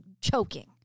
choking